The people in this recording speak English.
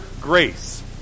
grace